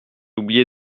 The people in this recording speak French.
oublié